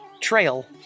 Trail